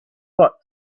but